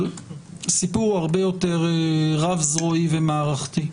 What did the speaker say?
אבל הסיפור הוא הרבה יותר רב-זרועי ומערכתי.